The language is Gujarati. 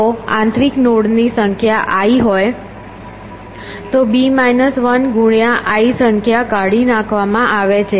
જો આંતરિક નોડ ની સંખ્યા i હોય તો i સંખ્યા કાઢી નાખવામાં આવે છે